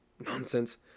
nonsense